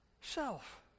Self